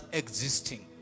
existing